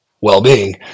well-being